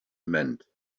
meant